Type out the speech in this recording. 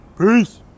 Peace